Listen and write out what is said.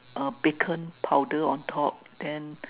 uh bacon powder on top then